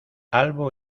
albo